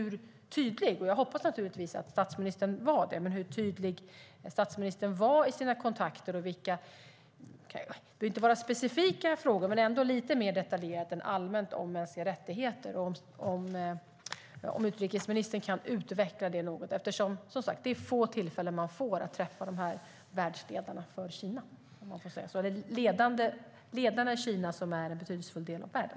Jag hoppas naturligtvis att statsministern var tydlig. Men hur tydlig var statsministern i sina kontakter? Jag behöver inte veta specifika frågor, men jag skulle vilja ha det lite mer detaljerat än allmänt om mänskliga rättigheter. Kan utrikesministern utveckla det något? Det är, som sagt, få tillfällen man får att träffa ledarna i Kina, som är en betydelsefull del av världen.